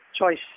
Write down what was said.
choice